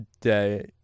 day